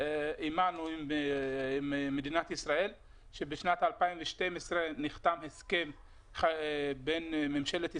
עם מדינת ישראל שבשנת 2012 נחתם הסכם בין ממשלת ישראל,